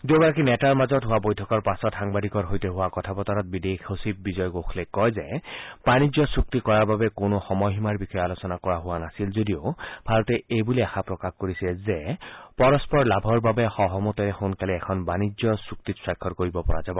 দুয়োগৰাকী নেতাৰ মাজত হোৱা বৈঠকৰ পাছত সাংবাদিকৰ সৈতে হোৱা কথা বতৰাত বিদেশ সচিব বিজয় গোখলে কয় যে বাণিজ্য চুক্তি কৰাৰ বাবে কোনো সময়সীমাৰ বিষয়ে আলোচনা কৰা হোৱা নাছিল যদিও ভাৰতে এইবুলি আশা প্ৰকাশ কৰিছে যে পৰস্পৰ লাভৰ বাবে সহমতেৰে সোনকালেই এখন বাণিজ্য চুক্তিত স্বাক্ষৰ কৰিব পৰা যাব